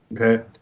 okay